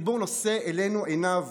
הציבור נושא אלינו את עיניו